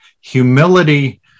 Humility